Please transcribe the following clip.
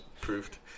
proved